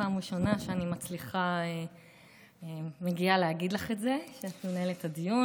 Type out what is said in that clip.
זו הפעם הראשונה שאני מגיעה להגיד לך את זה כשאת מנהלת את הדיון,